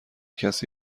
کسی